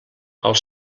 els